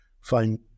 find